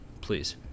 please